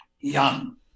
young